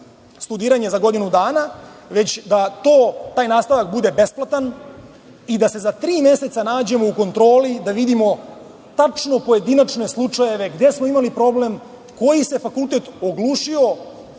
studiranje za godinu dana, već da taj nastavak bude besplatan i da se za tri meseca nađemo u kontroli da vidimo tačne, pojedinačne slučajeve gde smo imali problem, koji se fakultet oglušio